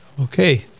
Okay